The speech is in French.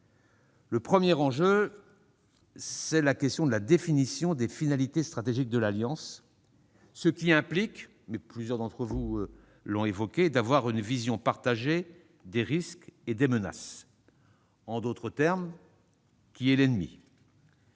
Le premier enjeu, c'est la définition des finalités stratégiques de l'Alliance, qui implique, plusieurs d'entre vous l'ont dit, d'avoir une vision partagée des risques et des menaces. En d'autres termes, qui est l'ennemi ?